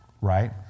Right